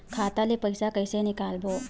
खाता ले पईसा कइसे निकालबो?